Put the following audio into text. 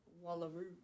wallaroo